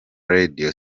radio